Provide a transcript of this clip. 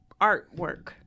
artwork